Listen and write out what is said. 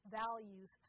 values